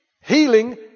Healing